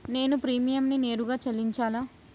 నేను ప్రీమియంని నేరుగా చెల్లించాలా?